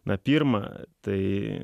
na pirma tai